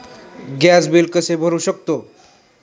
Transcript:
Gas bill कसे भरू शकतो?